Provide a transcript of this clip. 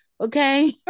okay